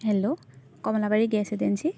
hello Kamalabari gas agency